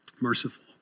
Merciful